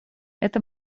это